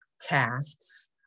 tasks